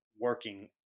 working